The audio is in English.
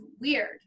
weird